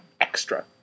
extra